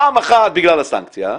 פעם אחת בגלל הסנקציה,